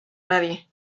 nadie